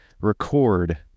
record